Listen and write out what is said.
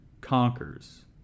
conquers